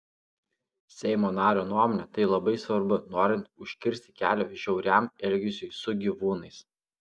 seimo nario nuomone tai labai svarbu norint užkirsti kelią žiauriam elgesiui su gyvūnais